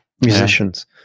musicians